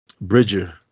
Bridger